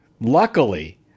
Luckily